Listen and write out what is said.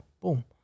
boom